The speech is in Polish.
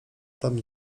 tam